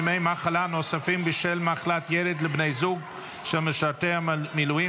ימי מחלה נוספים בשל מחלת ילד לבני זוג של משרתי מילואים),